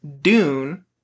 dune